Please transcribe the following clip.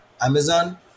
Amazon